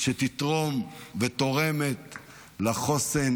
שיתרמו ותורמים לחוסן